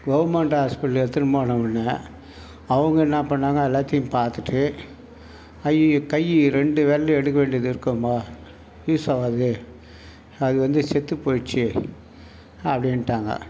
government ஹாஸ்பிட்டலில் எடுத்துனு போனவுடனே அவங்க என்ன பண்ணாங்க எல்லாத்தையும் பார்த்துட்டு ஐயய்யோ கை ரெண்டு விரலையும் எடுக்க வேண்டியது இருக்கும்பா யூஸ் ஆகாது அதுவந்து செத்து போய்டுச்சி அப்படீன்ட்டாங்க